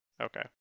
Okay